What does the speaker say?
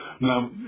Now